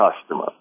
customer